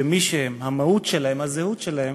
שמי שהם, המהות שלהם, הזהות שלהם,